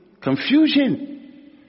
Confusion